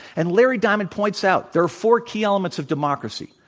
and larry diamond points out, there are four key elements of democracy,